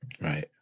Right